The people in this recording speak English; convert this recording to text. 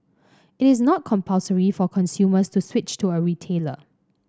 it is not compulsory for consumers to switch to a retailer